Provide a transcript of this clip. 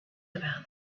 about